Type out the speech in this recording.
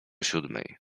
siódmej